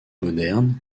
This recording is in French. modernes